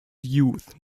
youth